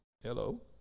Hello